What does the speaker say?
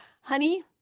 honey